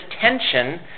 tension